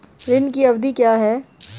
ऋण की अवधि क्या है?